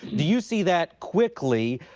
do you see that quickly